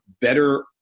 better